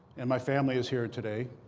and my family is here today.